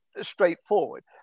straightforward